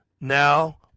now